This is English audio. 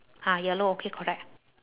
ah yellow okay correct